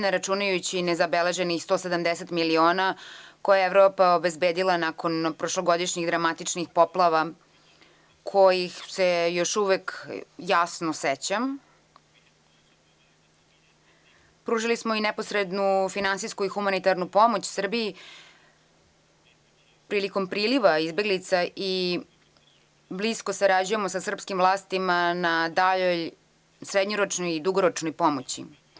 Ne računajući nezabeležnih 170 miliona koje je Evropa obezbedila nakon prošlogodišnjih dramatičnih poplava, kojih se još uvek jasno sećam, pružili smo i neposrednu finansijsku i humanitarnu pomoć Srbiji prilikom priliva izbeglica i blisko sarađujemo sa srpskim vlastima na srednjoročnoj i dugoročnoj pomoći.